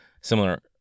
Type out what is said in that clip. similar